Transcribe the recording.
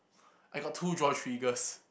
I got two draw triggers